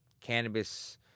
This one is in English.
cannabis